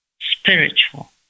spiritual